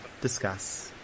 discuss